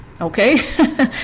Okay